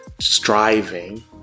striving